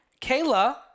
Kayla